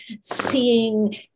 seeing